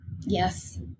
Yes